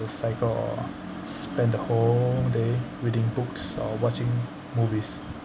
cycle or spend the whole day reading books or watching movies